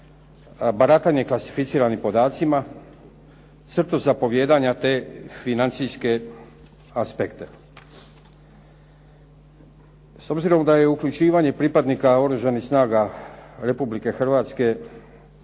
baratanje klasificiranim podacima, crtu zapovijedanja te financijske aspekta. S obzirom da je uključivanje pripadnika Oružanih snaga Republike Hrvatske